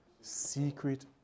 Secret